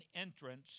entrance